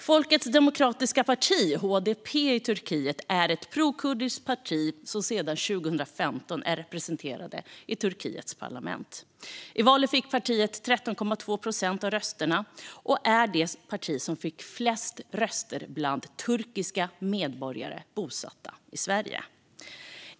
Folkens demokratiska parti, HDP, i Turkiet är ett prokurdiskt parti som sedan 2015 är representerat i Turkiets parlament. I valet fick partiet 13,2 procent av rösterna och är det parti som fick flest röster bland turkiska medborgare bosatta i Sverige.